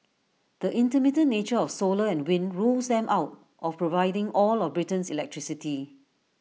the intermittent nature of solar and wind rules them out of providing all of Britain's electricity